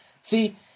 See